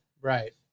Right